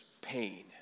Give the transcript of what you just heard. pain